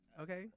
Okay